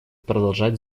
продолжать